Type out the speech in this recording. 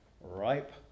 ripe